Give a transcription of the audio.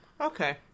okay